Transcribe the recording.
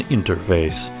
Interface